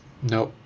nope